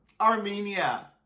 Armenia